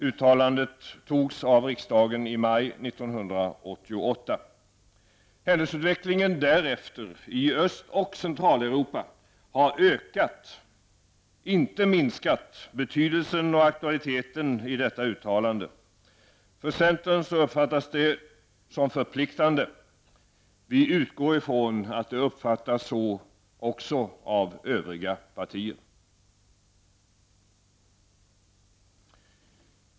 Uttalandet togs av riksdagen i maj 1988. Centraleuropa har ökat, inte minskat , betydelsen och aktualiteten i detta uttalande. För centern uppfattas det som förpliktande. Vi utgår från att det uppfattas så också av övriga partier.